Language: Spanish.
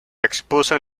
expuso